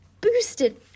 boosted